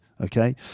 Okay